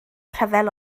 rhyfel